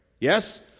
Yes